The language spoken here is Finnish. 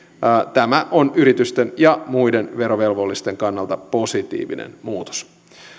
tämä on yritysten ja muiden verovelvollisten kannalta positiivinen muutos